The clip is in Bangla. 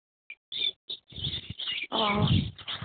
ও